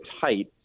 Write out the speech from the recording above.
tight